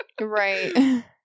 right